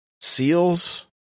seals